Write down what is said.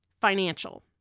financial